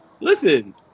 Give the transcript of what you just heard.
Listen